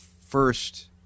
first